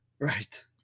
Right